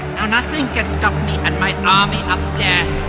now nothing can stop me and my army of death.